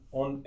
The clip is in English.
on